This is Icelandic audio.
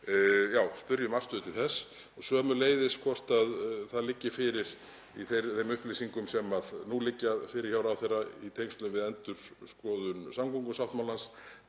Ég spyr um afstöðu til þess. Ég spyr sömuleiðis hvort það liggi fyrir, í þeim upplýsingum sem nú liggja fyrir hjá ráðherra í tengslum við endurskoðun samgöngusáttmálans,